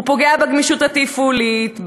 הוא פוגע בגמישות התפעולית,